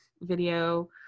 video